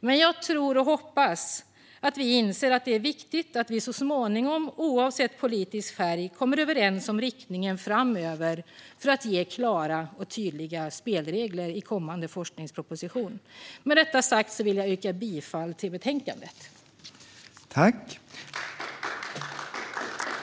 Men jag tror och hoppas att vi inser att det är viktigt att vi så småningom, oavsett politisk färg, kommer överens om riktningen framöver för att ge klara och tydliga spelregler i kommande forskningsproposition. Med detta sagt vill jag yrka bifall till utskottets förslag.